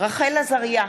רחל עזריה,